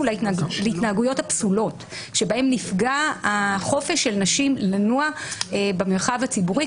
להתנהגויות הפסולות שבהן נפגע החופש של נשים לנוע במרחב הציבורי,